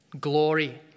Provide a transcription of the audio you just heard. glory